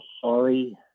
sorry